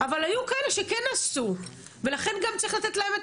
אבל היו כאלה שכן עשו ולכן גם צריך לתת להם את